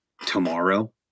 tomorrow